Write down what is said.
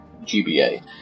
GBA